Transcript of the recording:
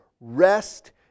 rest